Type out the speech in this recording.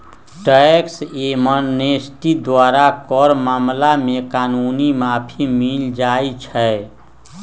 tax amnesty द्वारा कर मामला में कानूनी माफी मिल जाइ छै